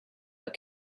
but